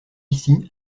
ici